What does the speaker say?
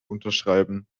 unterschreiben